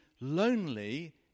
lonely